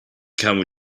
camel